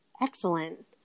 Excellent